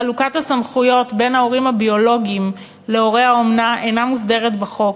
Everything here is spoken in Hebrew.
חלוקת הסמכויות בין ההורים הביולוגיים להורי האומנה אינה מוסדרת בחוק,